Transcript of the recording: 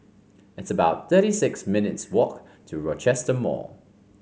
it's about thirty six minutes' walk to Rochester Mall